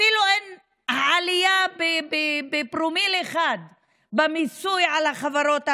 אפילו אין עלייה של פרומיל אחד במיסוי על החברות הגדולות.